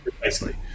precisely